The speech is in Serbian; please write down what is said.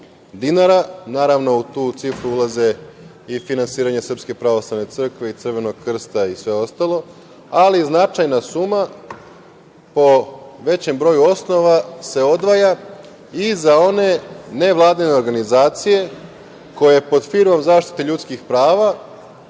dinara. Naravno u tu cifru ulaze i finansiranje SPC i Crvenog Krsta i sve ostalo. Ali, značajna suma po većem broju osnova se odvaja i za one nevladine organizacije koje pod firmom zaštite ljudskih prava